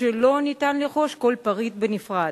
כשלא ניתן לרכוש כל פריט בנפרד.